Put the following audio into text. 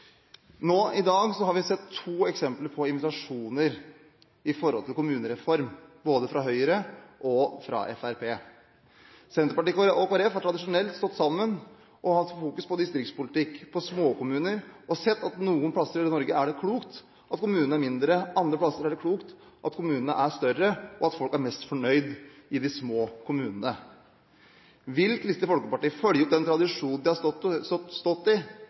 Nå er Høyre–Fremskrittsparti-regjeringen på plass – dessverre. I dag har vi sett to eksempler på invitasjoner til kommunereform, både fra Høyre og Fremskrittspartiet. Senterpartiet og Kristelig Folkeparti har tradisjonelt stått sammen og fokusert på distriktspolitikk, på småkommuner, og sett at det på noen plasser i Norge er klokt at kommunene er mindre, på andre plasser er det klokt at kommunene er større, og at folk er mest fornøyd i de små kommunene. Vil Kristelig Folkeparti følge den tradisjonen de har stått i